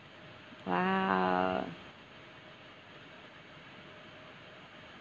!wow!